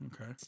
Okay